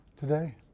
today